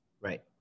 Right